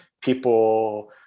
people